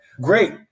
Great